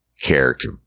character